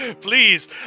Please